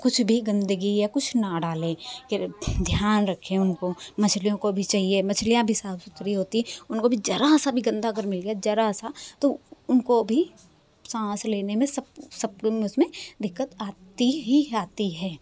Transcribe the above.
कुछ भी गंदगी या कुछ ना डालें फिर ध ध्यान रखे उनको मछलियों को भी चहिए मछलियां भी साफ़ सुथरी होती हैं उनको ज़रा सा भी गंदा अगर मिल गया ज़रा सा तो उनको भी सांस लेने में सब सबकी नस में दिक्कत आती ही आती है